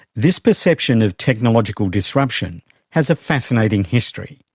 this perception of technological disruption has a fascinating history.